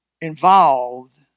involved